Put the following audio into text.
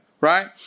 right